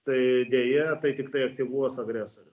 tai deja tai tiktai aktyvuos agresorių